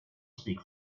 speak